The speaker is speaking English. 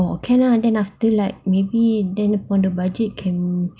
oh okay lah then after like maybe then upon the budget can